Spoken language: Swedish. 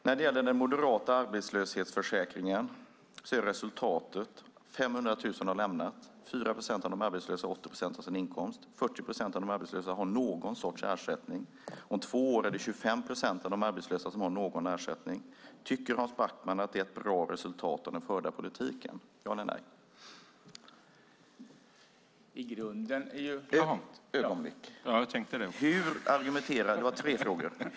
När det gäller den moderata arbetslöshetsförsäkringen är resultatet att 500 000 har lämnat den, 4 procent av de arbetslösa har 80 procent av sin inkomst, 40 procent av de arbetslösa har någon sorts ersättning, och om två år är det 25 procent av de arbetslösa som har någon ersättning. Tycker Hans Backman att det är ett bra resultat av den förda politiken - ja eller nej?